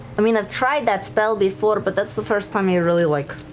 i mean, i've tried that spell before, but that's the first time he really, like,